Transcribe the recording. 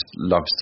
loves